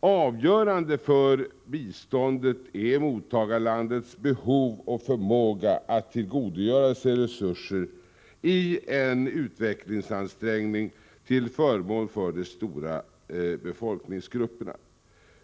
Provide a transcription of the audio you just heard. Avgörande för biståndet är mottagarlandets behov och förmåga att tillgodogöra sig resurser i en utvecklingsansträngning till förmån för de stora befolkningsgrupperna.